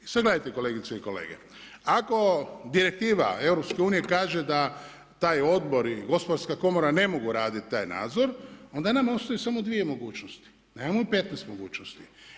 I sada gledajte kolegice i kolege, ako direktiva EU kaže da taj odbor i Gospodarska komora ne mogu raditi taj nadzor onda nama ostaju samo dvije mogućnosti, nemamo 15 mogućnosti.